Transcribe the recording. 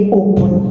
open